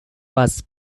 was